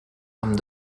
amb